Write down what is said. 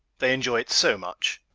they enjoy it so much.